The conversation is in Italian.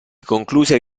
concluse